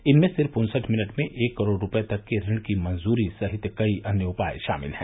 इनमें सिर्फ उन्सठ मिनट में एक करोड़ रूपए तक के ऋण की मंजूरी सहित कई अन्य उपाय शामिल हैं